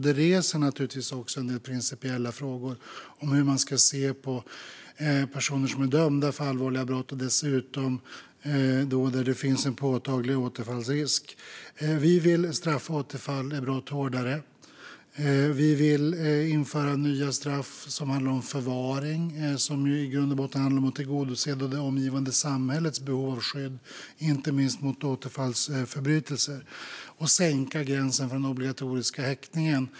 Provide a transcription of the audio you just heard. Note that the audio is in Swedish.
Detta väcker också en del principiella frågor om hur man ska se på personer som är dömda för allvarliga brott och där det dessutom finns en påtaglig återfallsrisk. Vi vill straffa återfall i brott hårdare. Vi vill införa nya straffrubriceringar som handlar om förvaring, som i grund och botten handlar om att tillgodose det omgivande samhällets behov av skydd inte minst mot återfallsförbrytelser, och sänka gränsen för den obligatoriska häktningen.